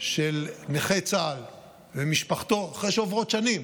של נכה צה"ל ומשפחתו, אחרי שעוברות שנים,